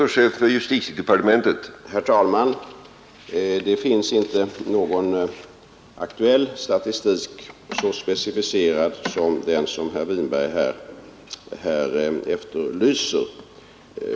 Herr talman! Det finns inte någon aktuell statistik som är så specificerad som den som herr Winberg efterlyser.